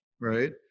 right